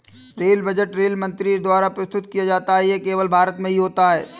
rail budget rail मंत्री द्वारा प्रस्तुत किया जाता है ये केवल भारत में ही होता है